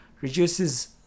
reduces